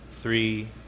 three